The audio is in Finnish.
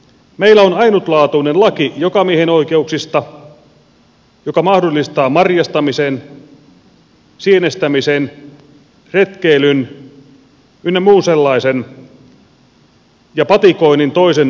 meillä on ainutlaatuinen laki jokamiehenoikeuksista joka mahdollistaa marjastamisen sienestämisen retkeilyn ynnä muun sellaisen ja patikoinnin toisen omistamalla maalla